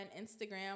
Instagram